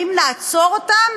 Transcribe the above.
האם נעצור אותם